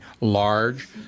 large